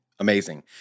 Amazing